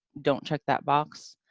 don't check that box.